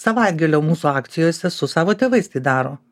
savaitgalio mūsų akcijose su savo tėvais tai daro